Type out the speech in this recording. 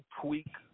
tweak